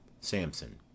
Samson